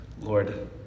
Lord